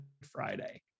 Friday